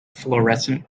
florescent